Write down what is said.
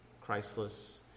Christless